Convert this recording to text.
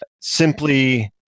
simply